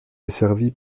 desservi